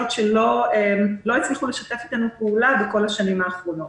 שלא הצליחו לשתף איתנו פעולה בכל השנים האחרונות.